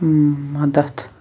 مَدتھ